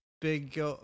big